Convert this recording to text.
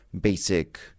basic